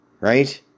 right